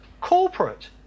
corporate